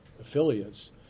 affiliates